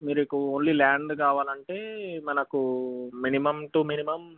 మీరుకు only land కావాలంటే మనకు minimum two minimum